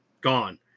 gone